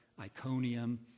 Iconium